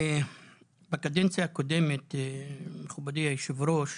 בקדנציה הקודמת מכובדי יושב הראש,